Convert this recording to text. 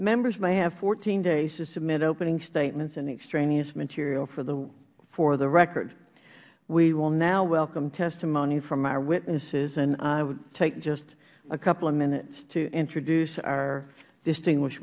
members may have fourteen days to submit opening statements and extraneous material for the record we will now welcome testimony from our witnesses and i would take just a couple of minutes to introduce our distinguish